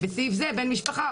בסעיף זה בן משפחה,